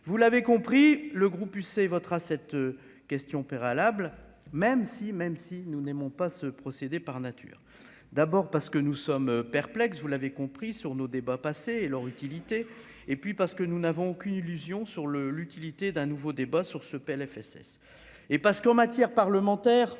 vous l'avez compris le groupe UC votera cette question préalable, même si, même si nous n'aimons pas ce procédé, par nature, d'abord parce que nous sommes perplexes, vous l'avez compris sur nos débats passé et leur utilité et puis parce que nous n'avons aucune illusion sur le l'utilité d'un nouveau débat sur ce PLFSS et parce qu'en matière parlementaire